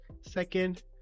Second